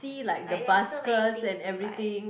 like there's so many things to buy